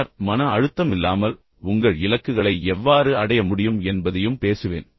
பின்னர் மன அழுத்தம் இல்லாமல் உங்கள் இலக்குகளை எவ்வாறு அடைய முடியும் என்பதையும் பேசுவேன்